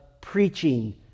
preaching